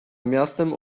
miastem